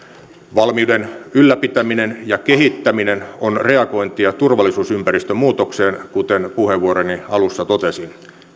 valmiuden ylläpitäminen ja kehittäminen on reagointia turvallisuusympäristön muutokseen kuten puheenvuoroni alussa totesin